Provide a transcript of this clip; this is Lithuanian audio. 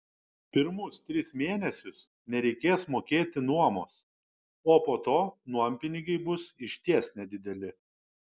pirmus tris mėnesius nereikės mokėti nuomos o po to nuompinigiai bus išties nedideli